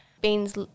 beans